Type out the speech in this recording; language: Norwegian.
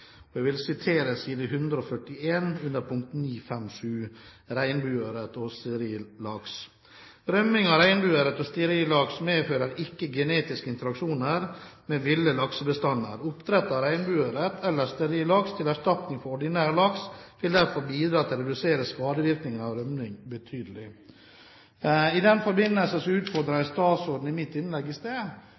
medfører ikke genetiske interaksjoner med ville laksebestander. Oppdrett av regnbueørret eller steril laks til erstatning for ordinær laks vil derfor bidra til å redusere skadevirkningene av rømning betydelig.» I den forbindelse utfordret jeg statsråden i mitt innlegg i sted